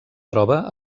troba